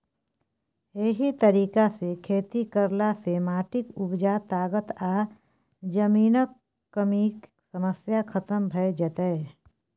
एहि तरीका सँ खेती करला सँ माटिक उपजा ताकत आ जमीनक कमीक समस्या खतम भ जेतै